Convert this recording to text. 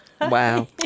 Wow